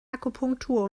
akupunktur